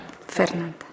Fernanda